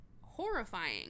horrifying